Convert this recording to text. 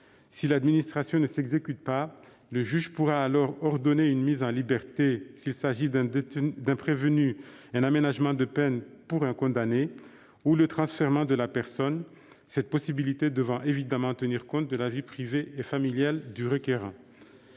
Si l'administration ne s'exécute pas, le juge pourra alors ordonner une mise en liberté, s'il s'agit d'un prévenu, un aménagement de peine pour un condamné ou le transfèrement de la personne- cette dernière possibilité devra bien évidemment tenir compte de la vie privée et familiale du requérant.